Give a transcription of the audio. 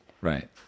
Right